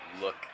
look